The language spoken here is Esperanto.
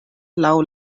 laŭ